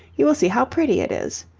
you will see how pretty it is.